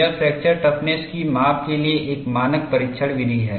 यह fracture toughness की माप के लिए एक मानक परीक्षण विधि है